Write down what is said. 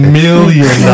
million